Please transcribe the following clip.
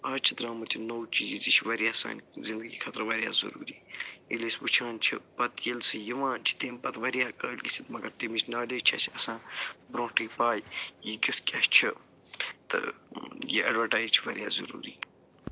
آز چھُ درامُت یہِ نو چیٖز یہِ یہِ چھُ وارِیاہ سانہِ زنٛدگی خٲطرٕ وارِیاہ ضُروٗری ییٚلہِ أسۍ وٕچھان چھِ پتہٕ ییٚلہِ سُہ یِوان چھِ تمہِ پت وارِیاہ کٲلۍ گٔژھِتھ مگر تمِچ نالیج چھِ اَسہِ آسن بروںٹھٕے پاے یہِ کیُتھ کیٛاہ چھُ تہٕ یہِ اٮ۪ڈوٹایز چھُ وارِیاہ ضُروٗری